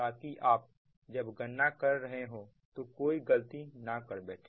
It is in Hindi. ताकि आप जब गणना कर रहे हो तो कोई गलती ना कर बैठे